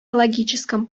логическом